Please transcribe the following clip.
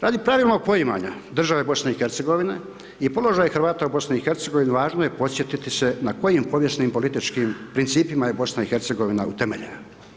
Radi pravilnog poimanje države BiH-a i položaja Hrvata u BiH-a važno je podsjetiti se na kojim povijesnim i političkim principima je BiH-a utemeljena.